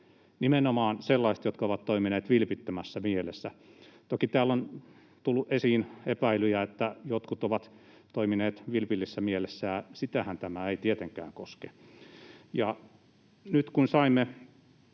nimenomaan sellaiset, jotka ovat toimineet vilpittömässä mielessä. Toki täällä on tullut esiin epäilyjä, että jotkut ovat toimineet vilpillisessä mielessä, ja sitähän tämä ei tietenkään koske. Nyt kun saimme